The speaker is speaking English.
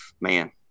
man